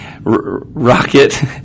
Rocket